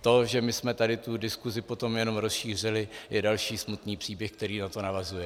To, že my jsme tady tu diskusi potom jenom rozšířili, je další smutný příběh, který na to navazuje.